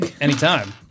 Anytime